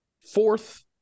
fourth